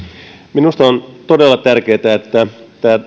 minusta on todella tärkeätä että tämä